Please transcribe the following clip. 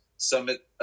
summit